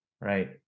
right